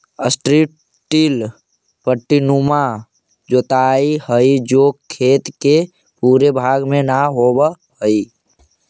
strip till पट्टीनुमा जोताई हई जो खेत के पूरे भाग में न होवऽ हई